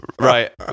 Right